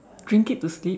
drink it to sleep